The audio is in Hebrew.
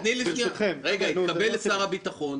התקבל לשר הביטחון.